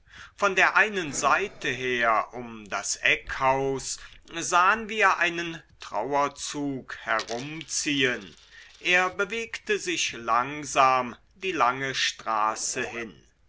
von der einen seite her um das eckhaus sahen wir einen trauerzug herumziehen er bewegte sich langsam die lange straße hin